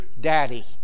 Daddy